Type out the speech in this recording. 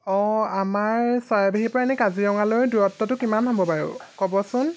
অঁ আমাৰ চৰাইবাহীৰ পৰা এনে কাজিৰঙালৈ দূৰত্বটো কিমান হ'ব বাৰু ক'বচোন